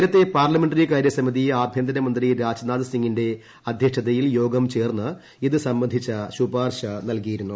നേരത്തെ പാർലൂമെന്ററികാര്യ സമിതി ആഭ്യന്തരമന്ത്രി രാജ്നാഥ് സിംഗിന്റെ അധ്യക്ഷത്യിൽ യോഗം ചേർന്ന് ഇത് സംബന്ധിച്ച ശുപാർശ നൽകിയിരുന്നു